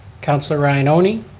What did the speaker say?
councilor ioannoni?